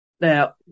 Now